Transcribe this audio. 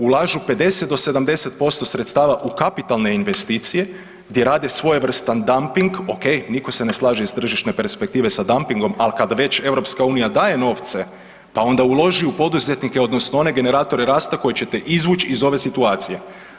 Ulažu 50 do 70% sredstava u kapitalne investicije, gdje rade svojevrstan dumping, ok, niko se ne slaže iz tržišne perspektive sa dumpingom ali kad već EU daje novce, pa onda uloži u poduzetnike odnosno one generatore rasta koji će te izvući iz ove situacije.